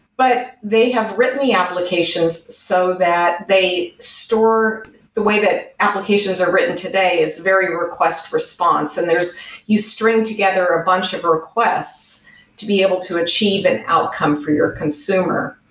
but they have written the applications so that they store the way that applications are written today is very request response, and you string together a bunch of requests to be able to achieve an outcome for your consumer.